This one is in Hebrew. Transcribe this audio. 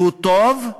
והוא טוב,